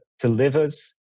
delivers